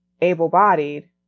able-bodied